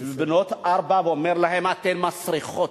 בנות ארבע, אומר להן: אתן מסריחות,